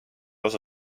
osa